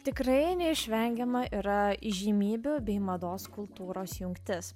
tikrai neišvengiama yra įžymybių bei mados kultūros jungtis